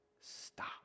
Stop